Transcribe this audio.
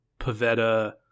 Pavetta